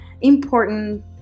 important